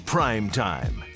Primetime